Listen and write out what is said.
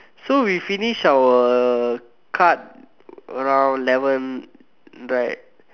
so we finish our card around eleven right